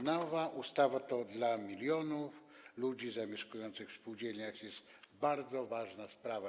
Nowa ustawa to dla milionów ludzi zamieszkujących w spółdzielniach bardzo ważna sprawa.